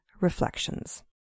Reflections